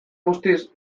guztiz